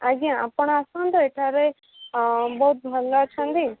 ଆଜ୍ଞା ଆପଣ ଆସନ୍ତୁ ଏଠାରେ ବହୁତ ଭଲ ଅଛନ୍ତି